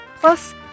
plus